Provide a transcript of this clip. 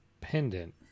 pendant